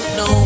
no